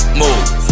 move